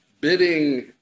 bidding